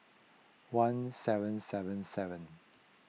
one seven seven seven